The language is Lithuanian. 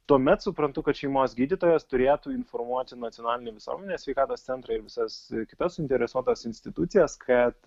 tuomet suprantu kad šeimos gydytojas turėtų informuoti nacionalinį visuomenės sveikatos centrą ir visas kitas suinteresuotas institucijas kad